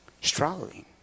struggling